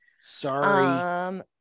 sorry